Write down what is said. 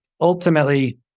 ultimately